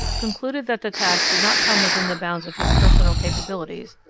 concluded that the task did not come within the bounds of his personal capabilities,